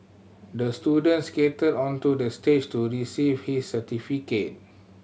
the student skated onto the stage to receive his certificate